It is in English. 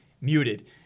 muted